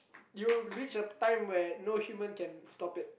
you reach the time where no human can stop it